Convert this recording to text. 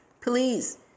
please